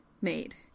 made